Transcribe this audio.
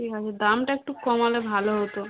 ঠিক আছে দামটা একটু কমালে ভালো হতো